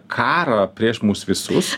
karą prieš mus visus